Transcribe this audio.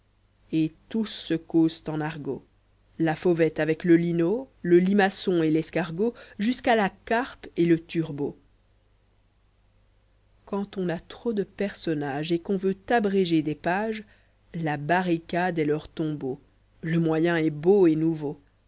accroc et'tous se causent en argot la fauvette avec le linot le limaçon et l'escargot jusqu'à la carpe et le turbot quand on a trop de personnages et qu'on veut abréger des pages la barricade est leur tombeau le moyen est beau et nouveau